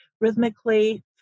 rhythmically